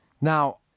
Now